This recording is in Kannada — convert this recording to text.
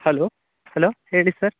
ಹಲೋ ಹಲೋ ಹೇಳಿ ಸರ್